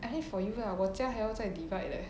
I think for you lah 我家还要再 divide leh